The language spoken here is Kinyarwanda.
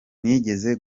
nigeze